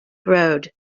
road